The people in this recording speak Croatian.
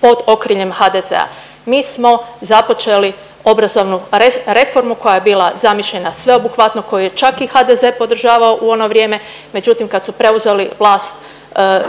pod okriljem HDZ-a. Mi smo započeli obrazovnu reformu koja je bila zamišljena sveobuhvatno, koju je čak i HDZ podržavao u ono vrijeme, međutim, kad su preuzeli vlast,